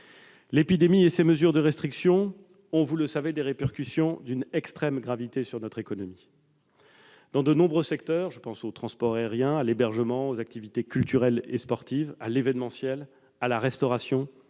L'épidémie et ces mesures de restriction ont, vous le savez, des répercussions d'une extrême gravité sur notre économie. Dans de nombreux secteurs- je pense au transport aérien, à l'hébergement, aux activités culturelles et sportives, à l'événementiel, à la restauration,